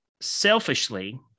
selfishly